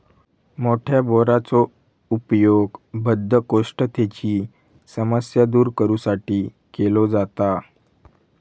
मोठ्या बोराचो उपयोग बद्धकोष्ठतेची समस्या दूर करू साठी केलो जाता